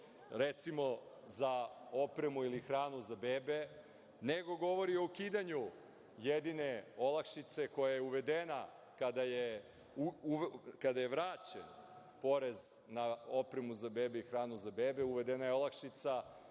recimo, za opremu ili hranu za bebe, nego govori o ukidanju jedine olakšice koja je uvedena kada je vraćen porez na opremu za bebe i hranu za bebe. Uvedena je olakšica,